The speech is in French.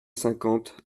cinquante